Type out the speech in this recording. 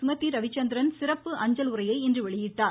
சுமதி ரவிச்சந்திரன் சிறப்பு அஞ்சல் உறையை இன்று வெளியிட்டார்